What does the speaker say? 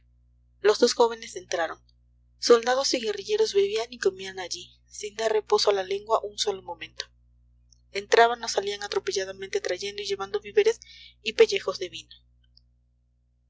los dos jóvenes entraron soldados y guerrilleros bebían y comían allí sin dar reposo a la lengua un solo momento entraban o salían atropelladamente trayendo y llevando víveres y pellejos de vino